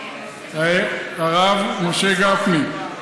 הרב משה גפני,